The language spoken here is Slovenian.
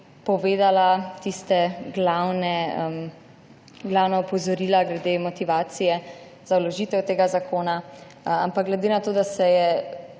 povedala tista glavna opozorila glede motivacije za vložitev tega zakona. Ampak glede na to, da se je